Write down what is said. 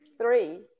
three